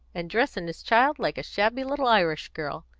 and dressing his child like a shabby little irish girl.